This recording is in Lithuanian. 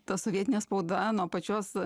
ta sovietinė spauda nuo pačios